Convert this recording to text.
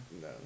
No